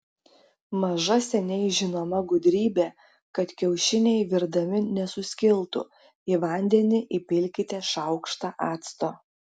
maža seniai žinoma gudrybė kad kiaušiniai virdami nesuskiltų į vandenį įpilkite šaukštą acto